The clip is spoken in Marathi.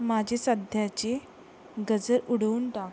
माझे सध्याचे गजर उडवून टाक